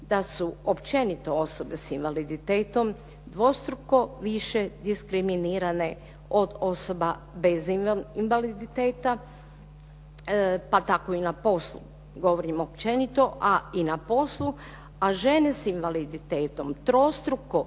da su općenito osobe s invaliditetom dvostruko više diskriminirane od osoba bez invaliditeta, pa tako i na poslu, a i na poslu. A žene s invaliditetom trostruko